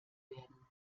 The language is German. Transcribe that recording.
werden